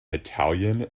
italian